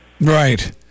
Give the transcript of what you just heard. Right